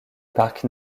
parc